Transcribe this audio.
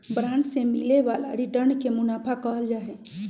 bond से मिले वाला रिटर्न के मुनाफा कहल जाहई